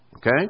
Okay